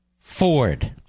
Ford